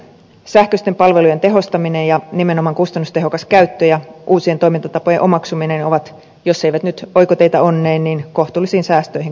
sähköisten palvelujen tehostaminen ja nimenomaan kustannustehokas käyttö ja uusien toimintatapojen omaksuminen ovat jos eivät nyt oikoteitä onneen niin kohtuullisiin säästöihin kuitenkin